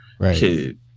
kid